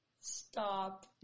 Stop